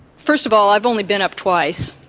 first of all, i have only been up twice,